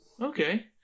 Okay